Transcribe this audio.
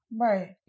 Right